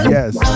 Yes